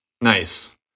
Nice